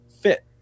fit